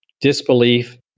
disbelief